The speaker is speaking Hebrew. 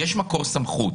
יש מקור סמכות.